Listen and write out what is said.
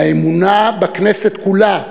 והאמונה בכנסת כולה,